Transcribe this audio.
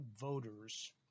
voters